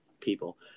people